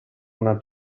una